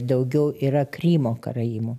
daugiau yra krymo karaimų